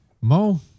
Mo